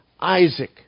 Isaac